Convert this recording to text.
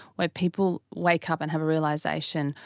where people wake up and have a realisation,